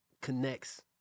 connects